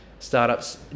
startups